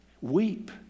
weep